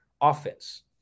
offense